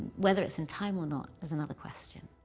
whether it's in time or not is another question.